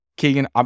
Keegan